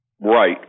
Right